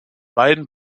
beiden